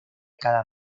cada